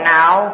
now